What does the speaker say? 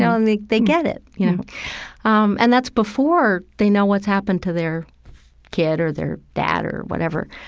know, and they they get it mm-hmm you know um and that's before they know what's happened to their kid or their dad or whatever.